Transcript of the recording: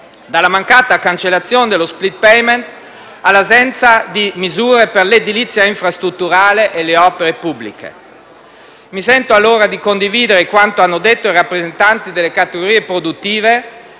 dalla mancata cancellazione dello *split payment* all'assenza di misure per l'edilizia infrastrutturale e le opere pubbliche. Mi sento allora di condividere quanto hanno detto i rappresentanti delle categorie produttive: